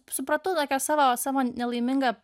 supratau tokią savo savo nelaimingą